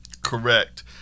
Correct